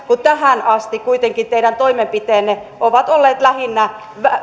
kun tähän asti kuitenkin teidän toimenpiteenne ovat olleet lähinnä